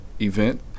event